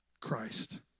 Christ